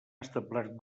establert